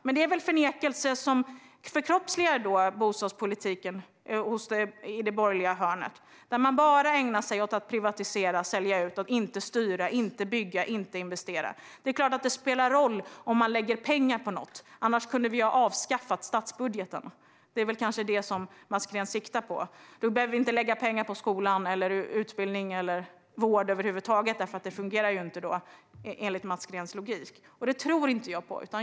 Det är väl förnekelse som förkroppsligar bostadspolitiken i det borgerliga hörnet, där man bara ägnar sig åt att privatisera och sälja ut i stället för att styra, bygga eller investera. Det är klart att det spelar roll om man lägger pengar på något. Annars hade vi kunnat avskaffa statsbudgetarna. Det är kanske det som Mats Green siktar på. Då behöver vi inte lägga pengar på skola, utbildning eller vård, för de fungerar ju inte med Mats Greens logik. Men det tror jag inte på.